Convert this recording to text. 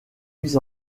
mis